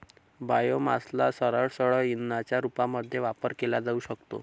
बायोमासला सरळसरळ इंधनाच्या रूपामध्ये वापर केला जाऊ शकतो